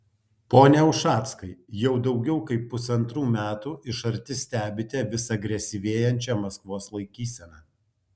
pone ušackai jau daugiau kaip pusantrų metų iš arti stebite vis agresyvėjančią maskvos laikyseną